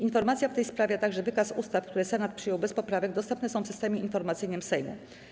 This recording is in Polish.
Informacja w tej sprawie, a także wyraz ustaw, które Senat przyjął bez poprawek, dostępne są w Systemie Informacyjnym Sejmu.